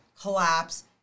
collapse